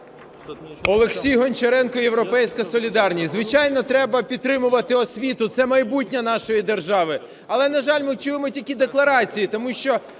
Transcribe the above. Олексій Гончаренко, "Європейська солідарність". Звичайно, треба підтримувати освіту – це майбутнє нашої держави. Але, на жаль, ми чуємо тільки декларації, тому що